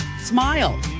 SMILE